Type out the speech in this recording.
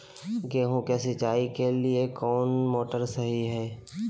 गेंहू के सिंचाई के लिए कौन मोटर शाही हाय?